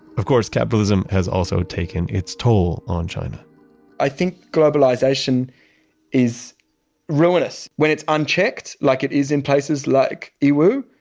of course, capitalism has also taken its toll on china i think globalization is ruinous when it's unchecked like it is in places like yiwu.